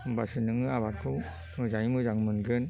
होमबासो नोङो आबादखौ मोजाङै मोजां मोनगोन